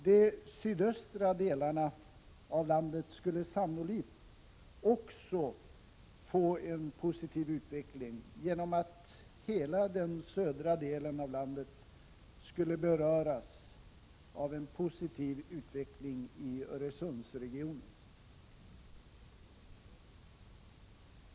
De sydöstra delarna av landet skulle sannolikt också få en positiv utveckling genom att hela den södra delen av landet skulle beröras av en positiv utveckling i Öresundsregionen.